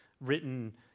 written